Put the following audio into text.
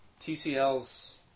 TCL's